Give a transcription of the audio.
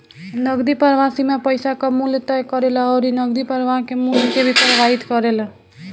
नगदी प्रवाह सीमा पईसा कअ मूल्य तय करेला अउरी नगदी प्रवाह के मूल्य के भी प्रभावित करेला